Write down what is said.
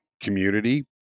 community